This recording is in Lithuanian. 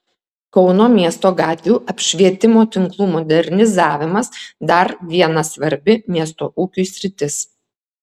kauno miesto gatvių apšvietimo tinklų modernizavimas dar viena svarbi miesto ūkiui sritis